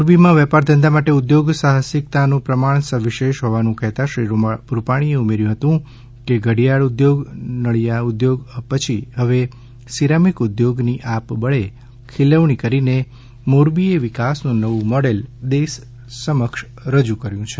મોરબીમાં વેપારધંધા માટે ઉદ્યોગ સાહસિકતાનું પ્રમાણ સવિશેષ હોવાનું કહેતા શ્રી રૂપાણી એ ઉમેર્યું હતું કે ઘડિયાળ ઉદ્યોગ નળિયા ઉદ્યોગ પછી હવે સિરામીક ઉદ્યોગની આપબળે ખીલવણી કરીને મોરબીએ વિકાસનું નવું મોડેલ દેશ સમક્ષ રજૂ કર્યું છે